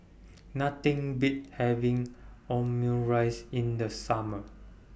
Nothing Beats having Omurice in The Summer